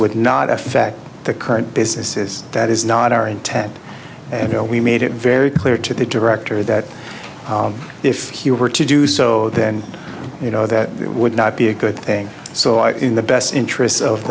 would not affect the current business is that is not our intent and we made it very clear to the director that if he were to do so then you know that would not be a good thing so i in the best interests of